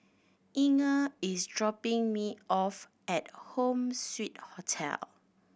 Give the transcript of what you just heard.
Inger is dropping me off at Home Suite Hotel